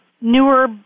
newer